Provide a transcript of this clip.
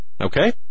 Okay